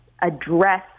address